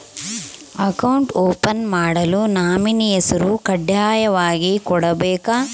Account open ಮಾಡಲು nominee ಹೆಸರು ಕಡ್ಡಾಯವಾಗಿ ಕೊಡಬೇಕಾ?